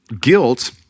Guilt